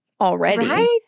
already